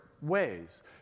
ways